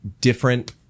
different